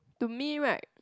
to me right